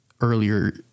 earlier